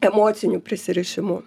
emociniu prisirišimu